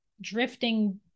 drifting